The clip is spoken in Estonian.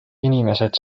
inimesed